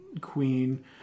Queen